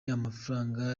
amafaranga